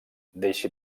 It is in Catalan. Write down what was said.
deixi